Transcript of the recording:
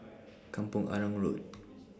Kampong Arang Road